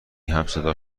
همصدا